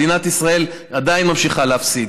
מדינת ישראל עדיין ממשיכה להפסיד.